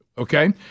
Okay